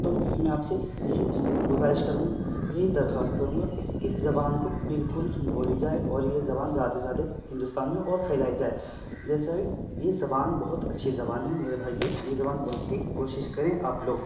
تو میں آپ سے یہی غزارش کروں گا یہی درخواست کروں گا کہ اس زبان کو بالکل بولی جائے اور یہ زبان زیادہ سے زیادہ ہندوستان میں اور پھیلائی جائے جیسا یہ یہ زبان بہت اچھی زبان ہے میرے بھائیوں یہ زبان بولنے کی کوشش کریں آپ لوگ